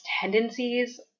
tendencies